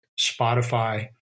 Spotify